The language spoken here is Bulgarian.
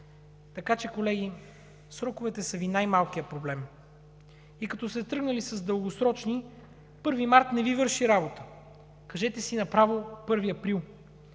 така че, колеги, сроковете са Ви най-малкият проблем. И като сте тръгнали с дългосрочни – 1 март не Ви върши работа, кажете си направо 1 април!